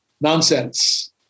Nonsense